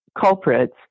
culprits